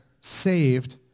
saved